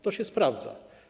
To się sprawdza.